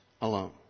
alone